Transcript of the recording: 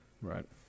Right